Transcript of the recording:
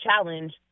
challenge